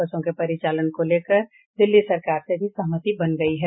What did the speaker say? बसों के परिचालन को लेकर दिल्ली सरकार से सहमति बन गयी है